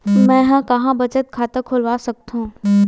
मेंहा कहां बचत खाता खोल सकथव?